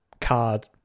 card